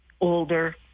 older